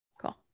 Cool